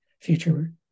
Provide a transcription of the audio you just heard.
future